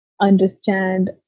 understand